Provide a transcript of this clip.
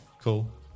cool